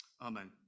Amen